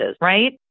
right